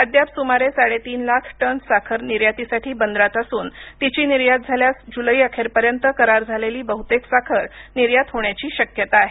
अद्याप सुमारे साडे तीन लाख टन साखर निर्यातीसाठी बंदरात असून तिची निर्यात झाल्यास जूलैअखेर पर्यंत करार झालेली बहुतेक साखर निर्यात होण्याची शक्यता आहे